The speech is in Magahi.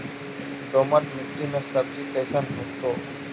दोमट मट्टी में सब्जी कैसन होतै?